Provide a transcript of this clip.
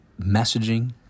messaging